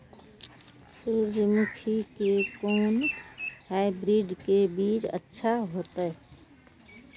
सूर्यमुखी के कोन हाइब्रिड के बीज अच्छा होते?